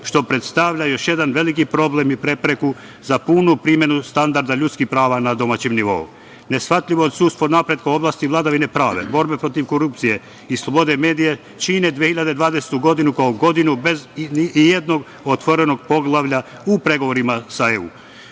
što predstavlja još jedan veliki problem i prepreku za punu primenu standarda ljudskih prava na domaćem nivou. Neshvatljivo odsustvo napretka u oblasti vladavine prava, borbe protiv korupcije i slobode medija čine 2020. godinu kao godinu bez ijednog otvorenog poglavlja u pregovorima sa